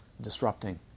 disrupting